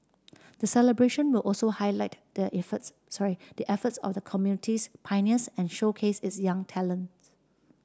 the celebration will also highlight the efforts sorry the efforts of the community's pioneers and showcase its young talents